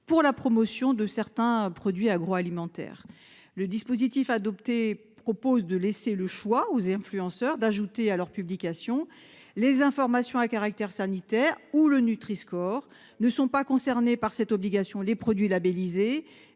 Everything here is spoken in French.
pour la promotion de certains produits agroalimentaires. Le dispositif adopté propose de laisser aux influenceurs le choix d'ajouter à leurs publications les informations à caractère sanitaire ou le Nutri-score des produits promus. Ne sont pas concernés par cette obligation les produits labellisés,